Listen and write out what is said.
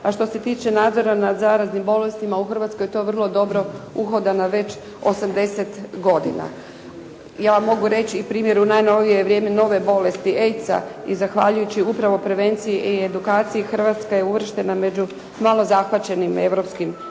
A što se tiče nadzora nad zaraznim bolestima u Hrvatskoj je to vrlo dobro uhodano već 80 godina. Ja mogu reći primjer u najnovije vrijeme nove bolesti AIDS-a i zahvaljujući upravo prevenciji i edukaciji Hrvatska je uvrštena među malo zahvaćenim europskim zemljama,